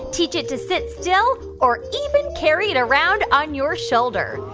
teach it to sit still or even carry it around on your shoulder.